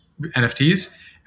NFTs